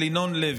של ינון לוי.